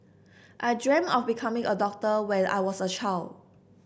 I dream of becoming a doctor when I was a child